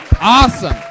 Awesome